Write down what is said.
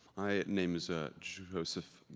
my name is ah joseph